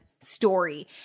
story